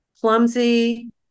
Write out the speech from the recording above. clumsy